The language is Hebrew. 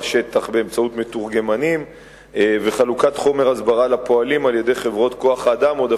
בשנים 2002 2007 וניתוח של הנתונים על-פי אותו מודל.